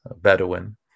Bedouin